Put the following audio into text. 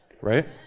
right